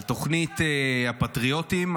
על התוכנית הפטריוטים.